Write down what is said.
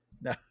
No